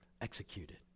executed